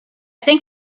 think